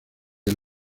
del